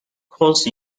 course